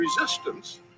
resistance